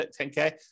10K